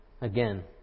again